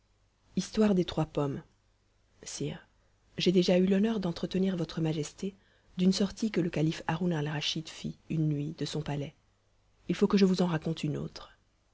histoire des trois pommes sire j'ai déjà eu l'honneur d'entretenir votre majesté d'une sortie que le calife haroun alraschid fit une nuit de son palais il faut que je vous en raconte une autre